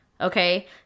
Okay